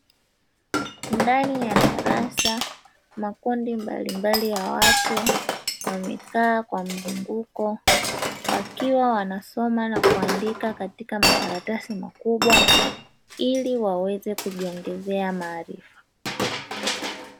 Ndani ya darasa makundi mbalimbali ya watu wamekaa kwa mzunguko, wakiwa wanasoma na kuandika katika makaratasi makubwa ilibwaweze kujiongezea maarifa.